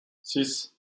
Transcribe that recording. six